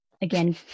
Again